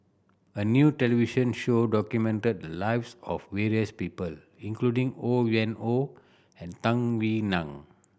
a new television show documented the lives of various people including Ho Yuen Hoe and Tung Yue Nang